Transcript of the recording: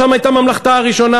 שם הייתה ממלכתה הראשונה